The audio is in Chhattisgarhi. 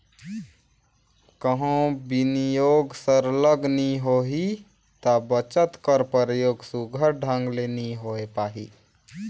कहों बिनियोग सरलग नी होही ता बचत कर परयोग सुग्घर ढंग ले नी होए पाही